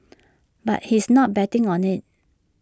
but he's not betting on IT